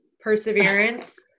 Perseverance